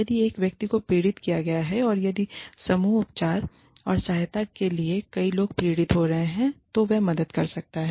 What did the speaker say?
यदि एक व्यक्ति को पीड़ित किया गया है और यदि समूह उपचार और सहायता के लिए कई लोग पीड़ित हो गए हैं तो वह मदद कर सकता है